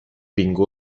bingo